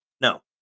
No